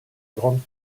grande